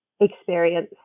experience